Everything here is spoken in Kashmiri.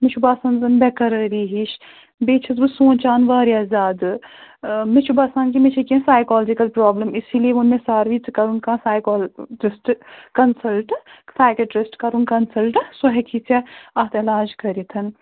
مےٚ چھُ باسان زَن بقرٲری ہِش بیٚیہِ چھَس بہٕ سونٛچان واریاہ زیادٕ مےٚ چھُ باسان کہِ مےٚ چھُ کیٚنٛہہ سایکالجِکَل پرٛابلِم اسی لیے ووٚن مےٚ ساروٕے ژٕ کَرُن کانٛہہ سایکال ٹِسٹ کَنسَلٹہٕ سایکَیٹرٛسٹہٕ کَرُن کَنسَلٹہٕ سُہ ہیٚکہِ ژےٚ اَتھ علاج کٔرِتھ